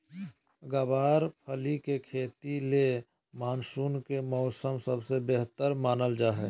गँवार फली के खेती ले मानसून के मौसम सबसे बेहतर मानल जा हय